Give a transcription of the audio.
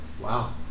Wow